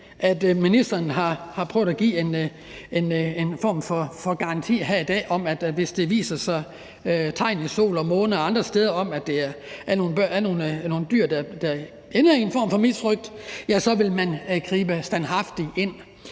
at ministeren har prøvet at give en form for garanti her i dag om, at hvis der viser sig tegn i sol og måne og andre steder om, at der er nogle dyr, der ender i en form for misrøgt, så vil man standhaftigt